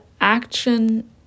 action